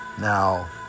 Now